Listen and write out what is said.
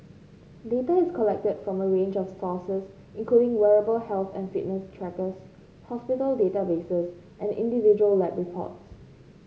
data is collected from a range of sources including wearable health and fitness trackers hospital databases and individual lab reports